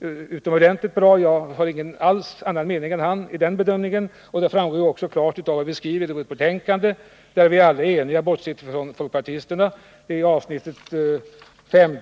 utomordentligt bra. Jag har ingen annan mening än han i den delen. Det framgår också klart av vad vi skriver i avsnitt 5.2 på s. 10-11 i betänkandet, som alla utom folkpartisterna är eniga om.